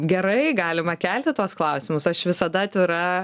gerai galima kelti tuos klausimus aš visada atvira